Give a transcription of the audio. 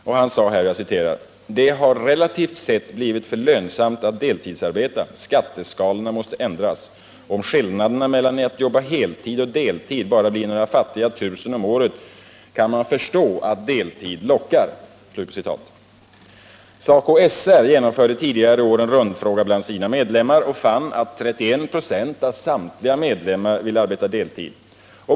Han sade: ”Det har relativt sett blivit för lönsamt att deltidsarbeta. Skatteskalorna måste ändras. Om skillnaden mellan att jobba heltid och deltid bara blir några fattiga tusen om året kan man förstå att deltid lockar.” SACO/SR gjorde tidigare i år en rundfråga bland sina medlemmar och fann att 31 "4 av samtliga medlemmar ville arbeta deltid.